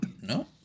no